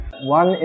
One